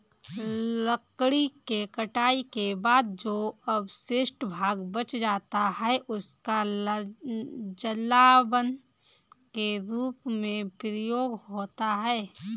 लकड़ी के कटाई के बाद जो अवशिष्ट भाग बच जाता है, उसका जलावन के रूप में प्रयोग होता है